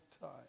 time